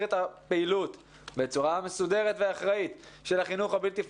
את הפעילות בצורה מסודרת ואחראית של החינוך הבלתי פורמלי,